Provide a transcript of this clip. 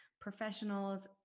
professionals